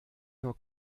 nur